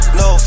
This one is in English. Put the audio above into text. no